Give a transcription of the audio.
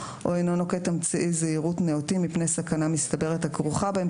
או אינו נוקט אמצעי זהירות נאותים מפני סכנה מסתברת הכרוכה בהם.